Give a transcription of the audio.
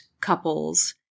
couples